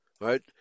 right